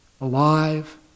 Alive